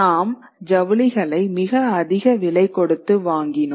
நாம் ஜவுளிகளை மிக அதிக விலை கொடுத்து வாங்கினோம்